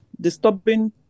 disturbing